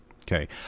Okay